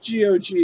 GOG